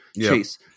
Chase